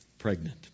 Pregnant